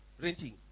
Renting